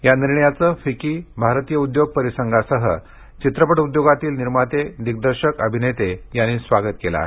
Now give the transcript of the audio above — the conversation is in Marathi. या निर्णयाचे फिक्की भारतीय उद्योग परिसंघासह चित्रपट उद्योगातील निर्माते दिग्दर्शक अभिनेता यांनी स्वागत केले आहे